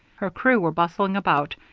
her crew were bustling about,